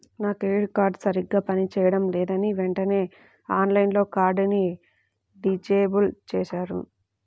నా credit card సరిగ్గా పని చేయడం లేదని వెంటనే ఆన్లైన్లో కార్డుని డిజేబుల్ చేశాను